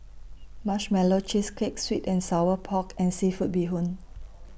Marshmallow Cheesecake Sweet and Sour Pork and Seafood Bee Hoon